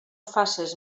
faces